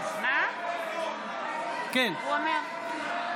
כבשת הביתה.